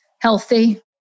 healthy